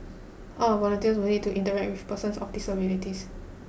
all our volunteers will need to interact with persons of disabilities